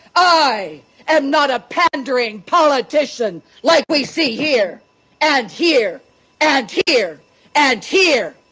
i am not a pandering politician like we see here and here and here and here